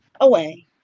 away